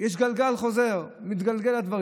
יש גלגל חוזר, הדברים מתגלגלים.